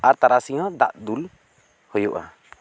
ᱟᱨ ᱛᱟᱨᱟᱥᱤᱧ ᱦᱚᱸ ᱫᱟᱜ ᱫᱩᱞ ᱦᱩᱭᱩᱜᱼᱟ